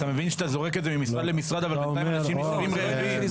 אתה מבין שאתה זורק את זה ממשרד למשרד אבל בינתיים אנשים נשארים רעבים.